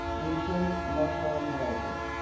reason emotional intelligence.